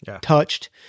touched